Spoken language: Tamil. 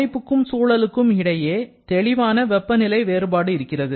அமைப்புக்கும் சூழலுக்கும் இடையே தெளிவான வெப்பநிலை வேறுபாடு இருக்கிறது